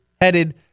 headed